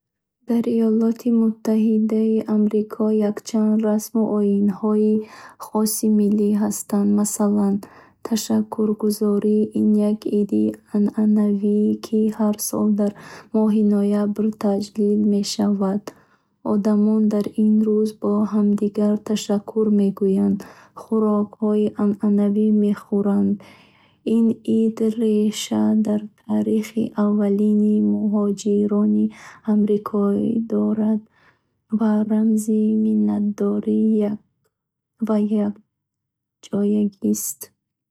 Дар Иёлоти Муттаҳидаи Амрико якчанд расму оинҳои хоси миллӣ ҳастанд. Масалан, Ташаккургузорӣ — ин як иди анъанавист, ки ҳар сол дар моҳи ноябр таҷлил мешавад. Одамон дар ин рӯз ба ҳамдигар ташаккур мегӯянд, хӯроки анъанавӣ мехӯранд. Ин ид реша дар таърихи аввалин муҳоҷирони амрикоӣ дорад ва рамзи миннатдорӣ ва якҷоягист.